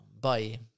Bye